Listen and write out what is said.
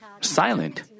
silent